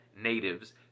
natives